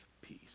peace